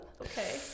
okay